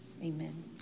Amen